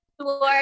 Lord